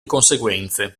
conseguenze